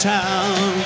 town